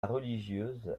religieuse